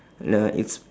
the it's